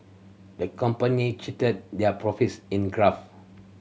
the company cheated their profits in graph